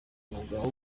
mwuga